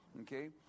Okay